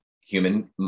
human